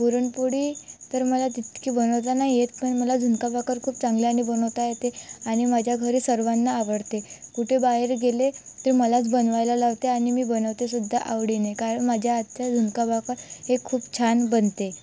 पुरणपोळी तर मला तितकी बनवता नाही येत पण मला झुणका भाकर खूप चांगल्याने बनवता येते आणि माझ्या घरी सर्वांना आवडते कुठे बाहेर गेले तर मलाच बनवायला लावते आणि मी बनवतेसुद्धा आवडीने कारण माझ्या आजच्या झुणका भाकर हे खूप छान बनते